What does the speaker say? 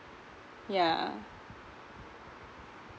yeah